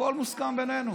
הכול מוסכם בינינו.